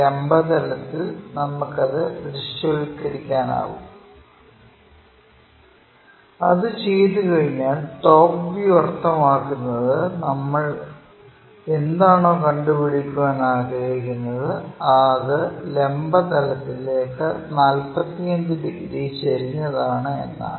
ലംബ തലത്തിൽ നമുക്ക് അത് ദൃശ്യവൽക്കരിക്കാനാകും അത് ചെയ്തുകഴിഞ്ഞാൽ ടോപ് വ്യൂ അർത്ഥമാക്കുന്നത് നമ്മൾ എന്താണോ കണ്ടുപിടിക്കാൻ ആഗ്രഹിക്കുന്നത് അത് ലംബ തലത്തിലേക്ക് 45 ഡിഗ്രി ചെരിഞ്ഞതാണ് എന്നാണ്